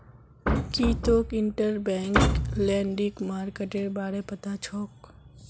की तोक interbank lending मार्केटेर बारे पता छोक